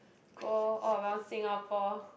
go all around Singapore